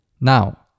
Now